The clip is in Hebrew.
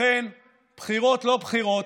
לכן בחירות או לא בחירות,